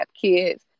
kids